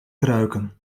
kruiken